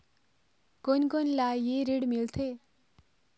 कोन कोन ला ये ऋण मिलथे?